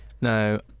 No